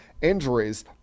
injuries